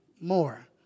more